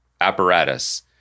apparatus